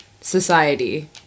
society